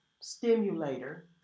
stimulator